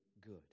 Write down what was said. good